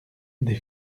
des